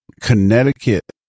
Connecticut